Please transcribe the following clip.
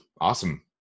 awesome